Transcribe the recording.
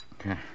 Okay